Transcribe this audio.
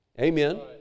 amen